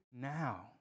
now